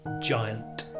giant